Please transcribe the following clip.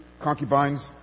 concubines